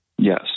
Yes